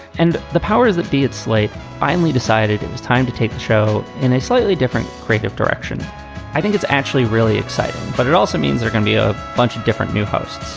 and the powers that be at slate finally decided it was time to take the show in a slightly different creative direction i think it's actually really exciting, but it also means they're going to be a bunch of different new hosts.